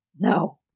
No